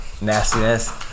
nastiness